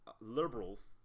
liberals